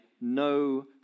no